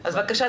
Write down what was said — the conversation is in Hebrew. אז בבקשה,